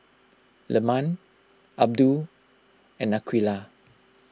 Leman Abdul and Aqeelah